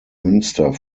münster